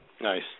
Nice